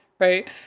right